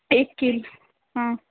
एक कील आं